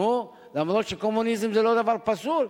נו, אף שקומוניזם זה לא דבר פסול,